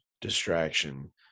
distraction